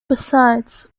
besides